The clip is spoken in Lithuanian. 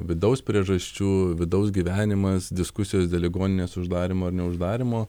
vidaus priežasčių vidaus gyvenimas diskusijos dėl ligoninės uždarymo ar neuždarymo